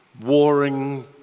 warring